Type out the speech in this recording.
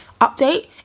Update